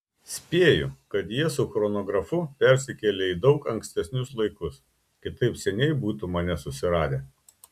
spėju kad jie su chronografu persikėlė į daug ankstesnius laikus kitaip seniai būtų mane susiradę